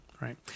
right